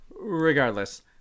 Regardless